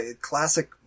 classic